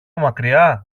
μακριά